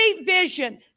vision